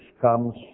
comes